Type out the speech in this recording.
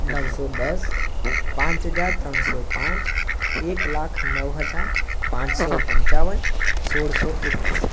નવસો દસ પાંચ હજાર ત્રણસો પાંચ એક લાખ નવ હજાર પાંચસો પંચાવન સોળસો એકવીસ